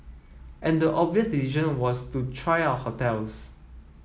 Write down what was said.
and the obvious decision was to try out hotels